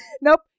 Nope